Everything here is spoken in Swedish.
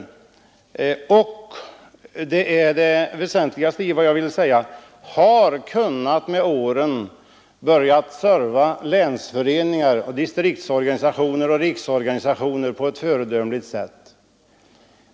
Det har också — och det är det väsentligaste av vad jag ville säga — kunnat börja serva länsföreningar, distriktsorganisationer och riksorganisationer på ett föredömligt sätt.